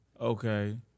Okay